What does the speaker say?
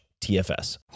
TFS